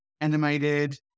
animated